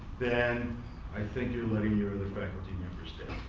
then i think you're letting your other faculty members down.